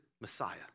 Messiah